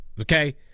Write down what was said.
okay